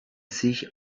sich